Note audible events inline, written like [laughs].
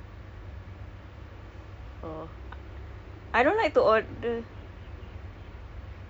[laughs] eat [laughs] that's how that's the level of malas I I am right now